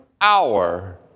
hour